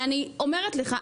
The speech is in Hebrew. ואני אומרת לך,